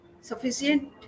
sufficient